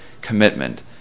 commitment